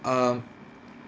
um